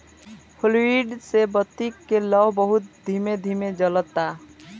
fluid से बत्ती के लौं बहुत ही धीमे धीमे जलता